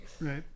Right